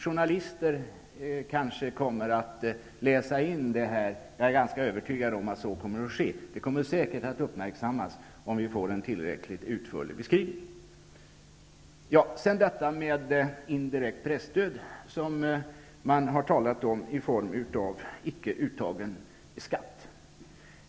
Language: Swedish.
Journalister kanske kommer att läsa in detta. Jag är ganska övertygad om att så kommer att ske. Det kommer säkert att uppmärksammas om vi får en tillräckligt utförlig beskrivning. Indirekt presstöd har man talat om i form av icke uttagen skatt.